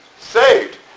saved